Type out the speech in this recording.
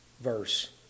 verse